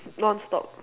non-stop